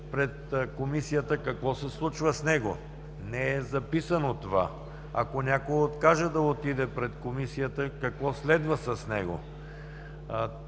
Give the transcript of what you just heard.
пред Комисията, какво се случва с него? Това не е записано! Ако някой откаже да отиде пред Комисията, какво следва за него?